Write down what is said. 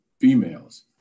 females